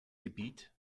gebiet